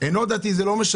דתי או אינו דתי, זה לא משנה.